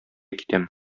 китәм